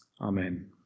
Amen